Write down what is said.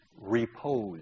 repose